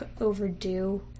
overdue